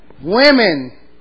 Women